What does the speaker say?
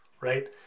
right